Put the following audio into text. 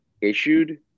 issued